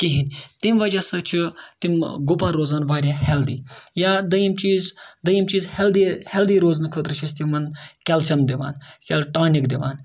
کِہیٖنۍ تمہِ وجہ سۭتۍ چھُ تِم گُپَن روزان واریاہ ہٮ۪لدی یا دٔیِم چیٖز دٔیِم چیٖز ہٮ۪لدی ہٮ۪لدی روزنہٕ خٲطرٕ چھِ أسۍ تِمَن کٮ۪لشَم دِوان یا ٹانِک دِوان